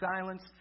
silence